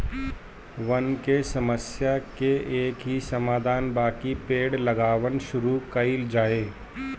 वन के समस्या के एकही समाधान बाकि पेड़ लगावल शुरू कइल जाए